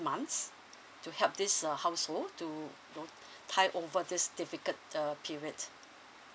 months to help this uh household to you know tide over this difficult uh period